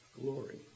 glory